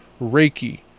Reiki